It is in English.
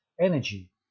energy